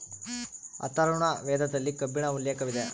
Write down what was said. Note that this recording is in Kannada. ಅಥರ್ವರ್ಣ ವೇದದಲ್ಲಿ ಕಬ್ಬಿಣ ಉಲ್ಲೇಖವಿದೆ